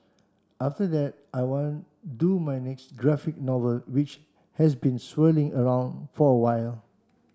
after that I want do my next graphic novel which has been swirling around for a while